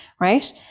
right